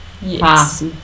Yes